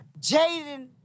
Jaden